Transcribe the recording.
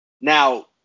Now